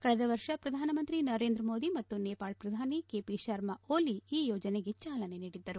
ಕಳೆದ ವರ್ಷ ಪ್ರಧಾನಮಂತ್ರಿ ನರೇಂದ್ರ ಮೋದಿ ಮತ್ತು ನೇಪಾಳ ಪ್ರಧಾನಿ ಕೆಪಿ ಶರ್ಮ ಓಲಿ ಈ ಯೋಜನೆಗೆ ಚಾಲನೆ ನೀಡಿದ್ದರು